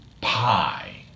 pie